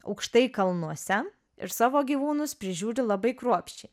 aukštai kalnuose ir savo gyvūnus prižiūri labai kruopščiai